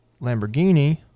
Lamborghini